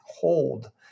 hold